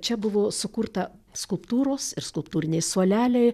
čia buvo sukurta skulptūros ir skulptūriniai suoleliai